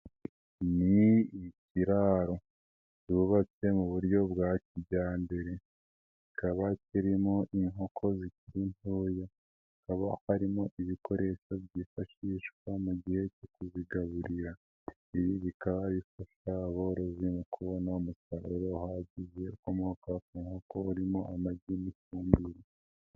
Ni ikiraro cyubatse mu buryo bwa kijyambere, kikaba kirimo inkoko zikiri ntoya, hakaba harimo ibikoresho byifashishwa mu gihe cyo kubizigaburira, ibi bikaba bifasha aborozi mu kubona umusaruro uhagije ukomoka ku nkoko urimo amagi n'ifumbire.